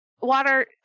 water